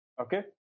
Okay